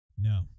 No